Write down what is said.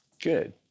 Good